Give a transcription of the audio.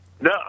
No